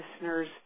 listeners